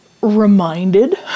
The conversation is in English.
reminded